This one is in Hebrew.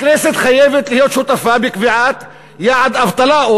הכנסת חייבת להיות שותפה בקביעת יעד האבטלה,